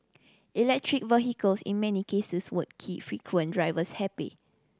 electric vehicles in many cases won't keep frequent drivers happy